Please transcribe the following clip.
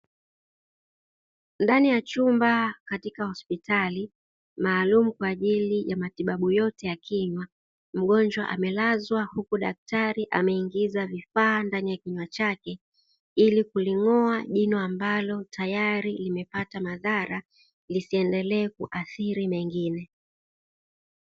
Ndani ya chumba katika hospitali maalumu kwa ajili ya matibabu yote ya kinywa. Mgonjwa amelazwa huku daktari ameingiza vifaa ndani ya kinywa chake ili kulingoa jino ambalo tayari limepata madhara lisiendelee kuathiri mengine.